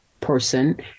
person